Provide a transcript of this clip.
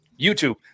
YouTube